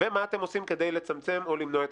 וכן מה אתם עושים כדי לצמצם או למנוע את